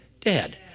dead